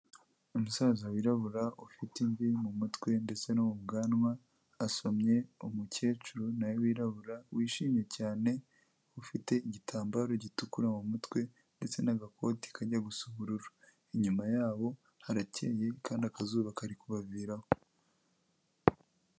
Umusaza wirabura ufite imvi mu mutwe ndetse no mu bwanwa, asomye umukecuru na we wirabura wishimye cyane ufite igitambaro gitukura mu mutwe ndetse n'agakoti kajya gusa ubururu, inyuma y'abo harakeye kandi akazuba kari kubaviraho.